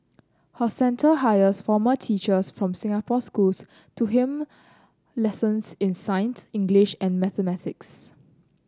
her centre hires former teachers from Singapore schools to helm lessons in science English and mathematics